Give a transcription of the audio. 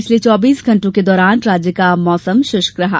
पिछले चौबीस घण्टों के दौरान राज्य का मौसम शृष्क रहा